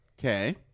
Okay